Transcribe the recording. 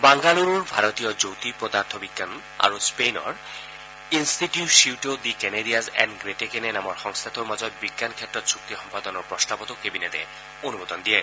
বাংগালুৰুৰ ভাৰতীয় জ্যোতি পদাৰ্থ বিজ্ঞান আৰু স্পেইনৰ ইলটিচিউটো দি কেনৰিয়াজ এগু গ্ৰেটেকেন নামৰ সংস্থাটোৰ মাজত বিজ্ঞান ক্ষেত্ৰত চুক্তি সম্পাদনৰ প্ৰস্তাৱতো কেবিনেটে অনুমোদন দিয়ে